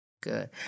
good